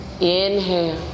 inhale